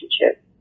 relationship